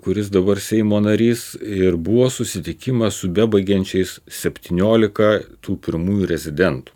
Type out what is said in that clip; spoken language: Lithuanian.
kuris dabar seimo narys ir buvo susitikimas su bebaigiančiais septyniolika tų pirmųjų rezidentų